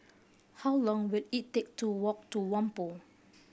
how long will it take to walk to Whampoa